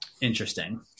Interesting